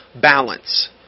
balance